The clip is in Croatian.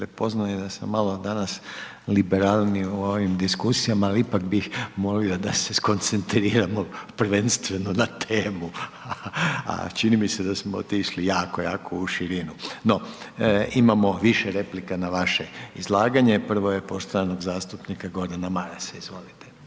prepoznaje i da sam danas liberalniji u ovim diskusijama, ali ipak bih molio da se skoncentriramo prvenstveno na temu, a čini mi se da smo otišli jako, jako u širinu. No, imamo više replika na vaše izlaganje, prvo je poštovanog zastupnika Gordana Marasa, izvolite.